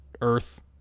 Earth